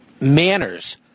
manners